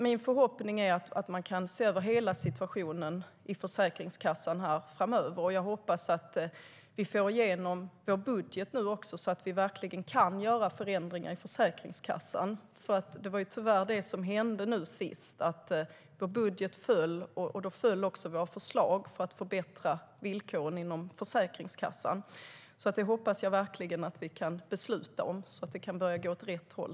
Min förhoppning är att man ser över situationen i hela Försäkringskassan. Jag hoppas att vi får igenom vår budget så att vi kan göra de förändringar som behövs. Tyvärr föll ju vår budget, och då föll också våra förslag om att förbättra villkoren inom Försäkringskassan. Jag hoppas att vi kan besluta om det så att det kan börja gå åt rätt håll.